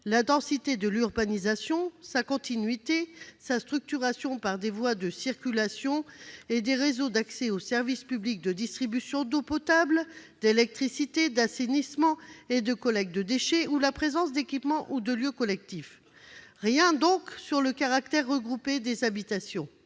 la densité de l'urbanisation, sa continuité, sa structuration par des voies de circulation et des réseaux d'accès aux services publics de distribution d'eau potable, d'électricité, d'assainissement et de collecte de déchets, ou la présence d'équipement ou de lieux collectifs ». Rien donc sur le caractère regroupé des habitations.